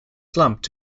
slumped